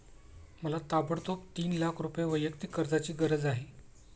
मला ताबडतोब तीन लाख रुपये वैयक्तिक कर्जाची गरज आहे